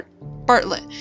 Bartlett